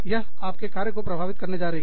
यह आपके कार्य को प्रभावित करने जा रही है